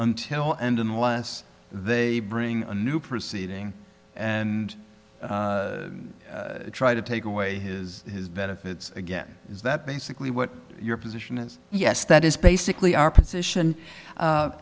until and unless they bring a new proceeding and try to take away his his benefits again is that basically what your position is yes that is basically our position